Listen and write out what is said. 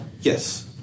Yes